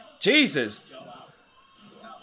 Jesus